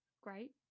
great